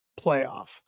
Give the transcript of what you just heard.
playoff